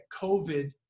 COVID